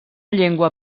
llengua